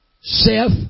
Seth